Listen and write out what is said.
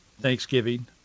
Thanksgiving